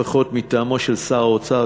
לפחות מטעמו של שר האוצר,